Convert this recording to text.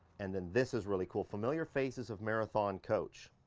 and then this is really cool, familiar faces of marathon coach.